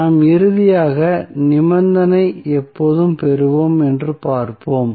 நாம் இறுதியாக நிபந்தனையை எப்போது பெறுவோம் என்று பார்ப்போம்